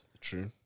True